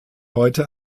heute